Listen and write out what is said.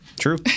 True